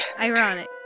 Ironic